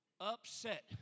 upset